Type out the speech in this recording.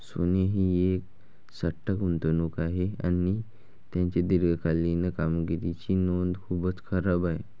सोने ही एक सट्टा गुंतवणूक आहे आणि त्याची दीर्घकालीन कामगिरीची नोंद खूपच खराब आहे